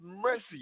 mercy